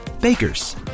Bakers